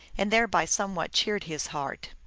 and thereby somewhat cheered his heart.